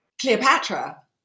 Cleopatra